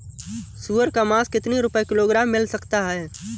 सुअर का मांस कितनी रुपय किलोग्राम मिल सकता है?